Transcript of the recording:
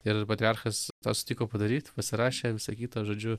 ir patriarchas tą sutiko padaryt pasirašė visa kita žodžiu